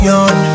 on